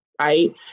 right